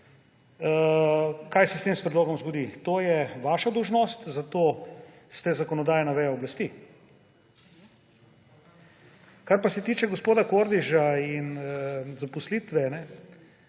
kaj se s tem predlogom zgodi. To je vaša dolžnost, zato ste zakonodajna veja oblasti. Kar pa se tiče gospoda Kordeža in zaposlitve.